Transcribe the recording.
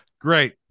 Great